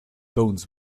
bones